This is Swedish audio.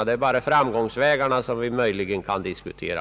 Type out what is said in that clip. Det är bara tillvägagångssätten man kan diskutera.